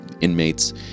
inmates